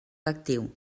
actiu